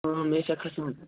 مےٚ چھِ کھٔژمٕژ